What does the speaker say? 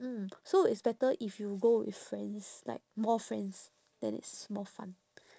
mm so it's better if you go with friends like more friends then it's more fun